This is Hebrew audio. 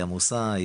היא עמוסה,